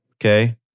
Okay